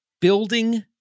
building